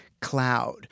cloud